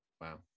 Wow